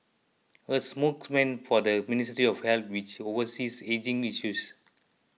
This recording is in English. a spokesman for the Ministry of Health which oversees ageing issues